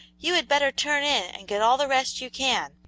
you had better turn in and get all the rest you can,